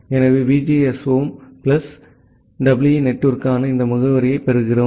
எனவே VGSOM plus EE நெட்வொர்க்கிற்கான இந்த முகவரியைப் பெறுகிறோம்